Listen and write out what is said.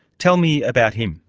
tell me about him.